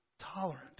tolerant